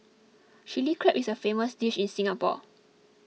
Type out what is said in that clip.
Chilli Crab is a famous dish in Singapore